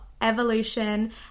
evolution